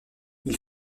ils